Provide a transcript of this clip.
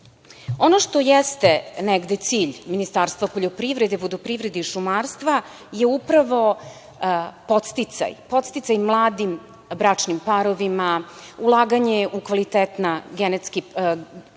što jeste negde cilj i Ministarstvo poljoprivrede, vodoprivrede i šumarstva, je upravo podsticaj, podsticaj mladim bračnim parovima, ulaganje u kvalitetna grla